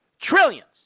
Trillions